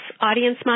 audience